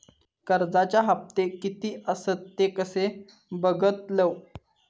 कर्जच्या हप्ते किती आसत ते कसे बगतलव?